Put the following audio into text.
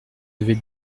avez